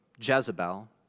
Jezebel